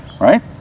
right